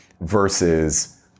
versus